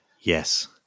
Yes